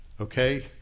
Okay